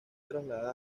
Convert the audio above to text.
trasladada